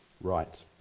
right